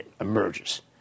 emerges